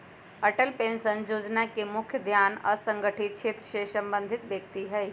Atal pension जोजना के मुख्य ध्यान असंगठित क्षेत्र से संबंधित व्यक्ति हइ